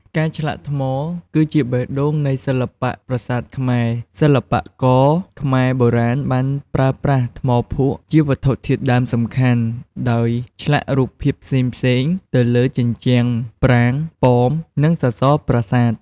ការឆ្លាក់ថ្ម គឺជាបេះដូងនៃសិល្បៈប្រាសាទខ្មែរ សិល្បករខ្មែរបុរាណបានប្រើប្រាស់ថ្មភក់ជាវត្ថុធាតុដើមសំខាន់ ដោយឆ្លាក់រូបភាពផ្សេងៗទៅលើជញ្ជាំង ប្រាង្គ ប៉ម និងសសរប្រាសាទ។